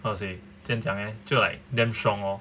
how to say 怎样讲 leh 就 like damn strong lor